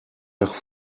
nach